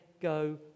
go